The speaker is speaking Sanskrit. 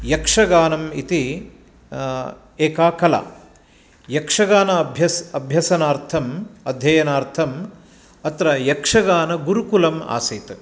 यक्षगानम् इति एका कला यक्षगान अभ्यस् अभ्यसनार्थं अध्ययनार्थं अत्र यक्षगानगुरुकुलम् आसीत्